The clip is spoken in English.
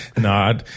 no